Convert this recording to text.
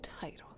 title